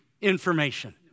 information